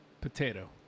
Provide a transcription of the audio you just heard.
Potato